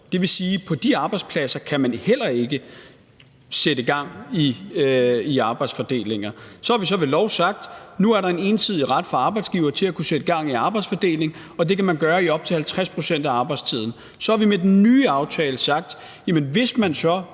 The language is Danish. det vil sige, at på de arbejdspladser kan man heller ikke sætte gang i arbejdsfordelinger. Så har vi så ved lov sagt, at nu er der en ensidig ret fra arbejdsgiver til at kunne sætte gang i arbejdsfordeling, og det kan man gøre i op til 50 pct. af arbejdstiden. Og så har vi med den nye aftale sagt, at hvis man så,